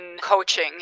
coaching